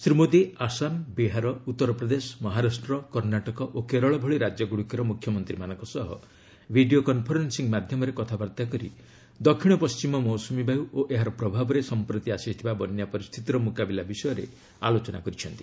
ଶ୍ରୀ ମୋଦି ଆସାମ୍ ବିହାର ଉତ୍ତର ପ୍ରଦେଶ ମହାରାଷ୍ଟ୍ର କର୍ଷ୍ଣାଟକ ଓ କେରଳ ଭଳି ରାଜ୍ୟଗୁଡ଼ିକର ମୁଖ୍ୟମାନ୍ତ୍ରୀମାନଙ୍କ ସହ ଭିଡ଼ିଓ କନ୍ଫରେନ୍ସିଂ ମାଧ୍ୟମରେ କଥାବାର୍ତ୍ତା କରି ଦକ୍ଷିଣ ପଣ୍ଟିମ ମୌସୁମୀ ବାୟୁ ଓ ଏହାର ପ୍ରଭାବରେ ସମ୍ପ୍ରତି ଆସିଥିବା ବନ୍ୟା ପରିସ୍ଥିତିର ମୁକାବିଲା ବିଷୟରେ ଆଲୋଚନା କରିଛନ୍ତି